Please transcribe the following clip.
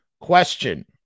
question